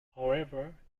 however